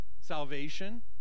salvation